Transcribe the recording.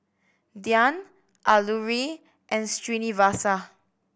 Dhyan Alluri and Srinivasa